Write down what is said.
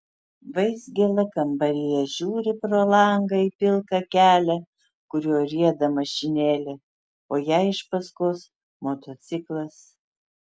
vaizgėla kambaryje žiūri pro langą į pilką kelią kuriuo rieda mašinėlė o jai iš paskos motociklas